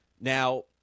Now